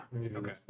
Okay